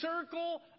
circle